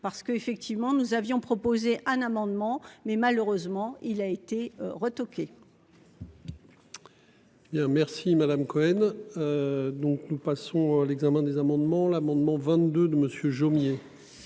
parce qu'effectivement nous avions proposé un amendement mais malheureusement il a été retoqué. Bien merci madame Cohen. Donc nous passons l'examen des amendements l'amendement 22 de Monsieur